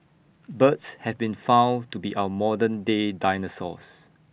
birds have been found to be our modern day dinosaurs